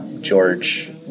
george